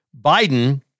Biden